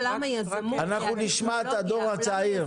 אנחנו נשמע את הדור הצעיר.